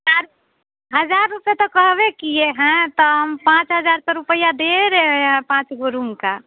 चार हज़ार रुपये तो कहवे किए हैं तो हम पाँच हज़ार तो रुपये दे रहे हैं पाँच गो रूम का